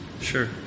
Sure